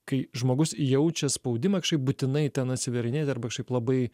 kai žmogus jaučia spaudimą kažkaip būtinai ten atsivėrinėti arba kašaip labai